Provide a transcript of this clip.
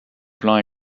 plans